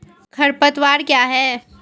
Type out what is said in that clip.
खरपतवार क्या है?